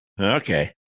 Okay